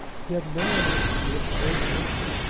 he had narrowly escaped great wealth.